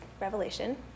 Revelation